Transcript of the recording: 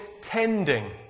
tending